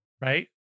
right